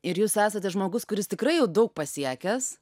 ir jūs esate žmogus kuris tikrai jau daug pasiekęs